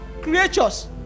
creatures